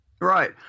Right